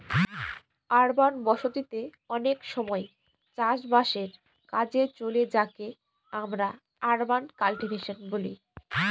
urban বসতি তে অনেক সময় চাষ বাসের কাজে চলে যাকে আমরা আরবান কাল্টিভেশন বলি